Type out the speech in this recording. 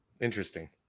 Interesting